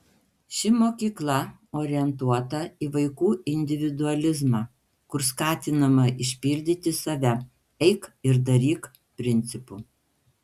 ši mokykla orientuota į vaikų individualizmą kur skatinama išpildyti save eik ir daryk principu